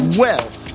wealth